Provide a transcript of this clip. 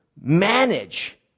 manage